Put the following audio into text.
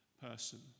person